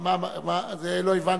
לא הבנתי.